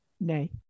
Nay